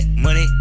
money